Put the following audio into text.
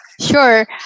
Sure